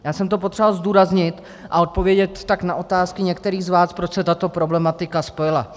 Já jsem to potřeboval zdůraznit a odpovědět tak na otázku některých z vás, proč se tato problematika spojila.